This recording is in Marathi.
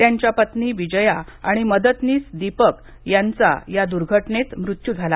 त्यांच्या पत्नी विजया आणि मदतनीस दीपक यांचा या दुर्घटनेत मृत्यू झाला